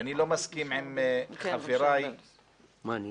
שאני לא מסכים עם חבריי באופוזיציה,